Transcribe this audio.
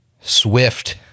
swift